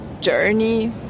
journey